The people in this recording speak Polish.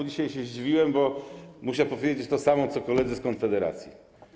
Dzisiaj znowu się zdziwiłem, bo muszę powiedzieć to samo, co koledzy z Konfederacji.